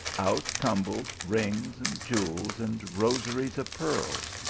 out tumbled rings and jewels, and rosaries of pearls,